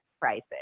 prices